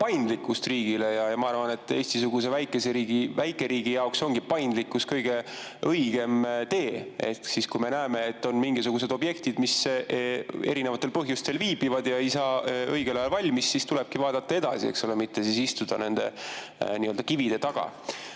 paindlikkust. Ma arvan, et Eesti‑suguse väikeriigi jaoks on paindlikkus kõige õigem tee. Kui me näeme, et on mingisugused objektid, mis erinevatel põhjustel viibivad ja ei saa õigel ajal valmis, siis tulebki vaadata edasi, mitte istuda nende kivide taga. ERR‑i